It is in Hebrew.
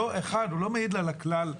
הוא לא מעיד על הכלל,